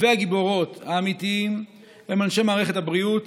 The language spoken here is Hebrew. והגיבורות האמיתיים הם אנשי מערכת הבריאות,